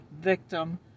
victim